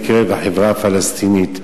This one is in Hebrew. בקרב החברה הפלסטינית,